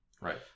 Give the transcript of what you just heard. Right